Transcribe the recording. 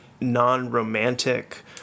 non-romantic